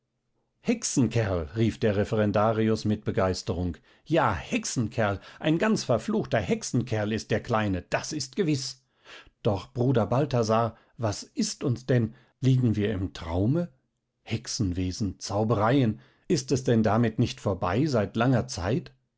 hexenkerl rief der referendarius mit begeisterung ja hexenkerl ein ganz verfluchter hexenkerl ist der kleine das ist gewiß doch bruder balthasar was ist uns denn liegen wir im traume hexenwesen zaubereien ist es denn damit nicht vorbei seit langer zeit